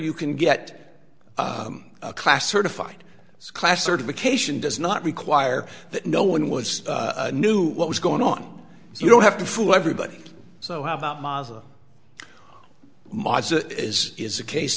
you can get a class certified class certification does not require that no one was knew what was going on so you don't have to fool everybody so how about mazo maza is is a case